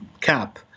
cap